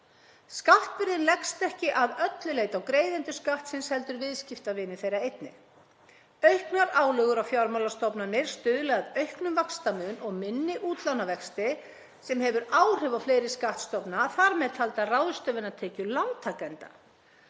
Skattbyrðin leggst ekki að öllu leyti á greiðendur skattsins heldur viðskiptavini þeirra einnig. Auknar álögur á fjármálastofnanir stuðla að auknum vaxtamun og minni útlánavexti sem hefur áhrif á fleiri skattstofna, þar með taldar ráðstöfunartekjur lántakenda.